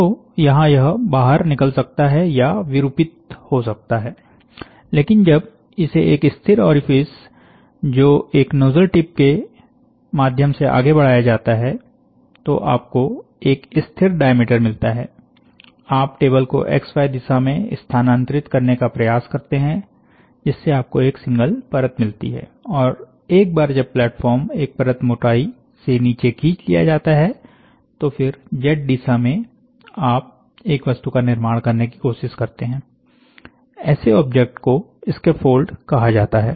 तो यहां यह बाहर निकल सकता है या विरूपित हो सकता है लेकिन जब इसे एक स्थिर ओरिफिस जो एक नोजल टिप है के माध्यम से आगे बढ़ाया जाता है तो आपको एक स्थिर डायामीटर मिलता है आप टेबल को एक्स वाय दिशा में स्थानांतरित करने का प्रयास करते हैं जिससे आपको एक सिंगल परत मिलती है और एक बार जब प्लेटफार्म एक परत मोटाई से नीचे खींच लिया जाता है तो फिर जेड दिशा में आप एक वस्तु का निर्माण करने की कोशिश करते हैं ऐसे ऑब्जेक्ट को स्कैफोल्ड कहा जाता है